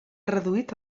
reduït